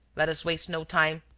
let us waste no time.